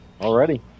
already